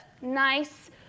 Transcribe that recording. nice